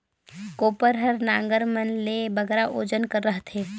कोपर हर नांगर मन ले बगरा ओजन कर रहथे